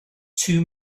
too